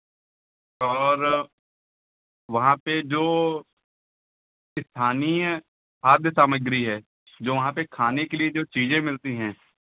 और वहाँ पे जो स्थानीय खाद्य सामग्री है जो वहाँ पे खाने के लिए जो चीज़ें मिलती हैं